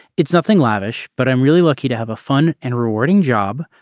it's nothing lavish but i'm really lucky to have a fun and rewarding job.